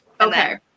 Okay